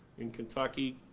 in kentucky,